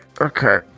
okay